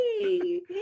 hey